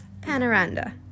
Panoranda